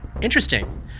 Interesting